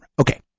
Okay